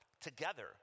together